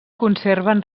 conserven